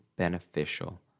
Beneficial